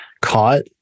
caught